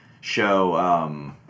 show